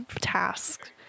tasks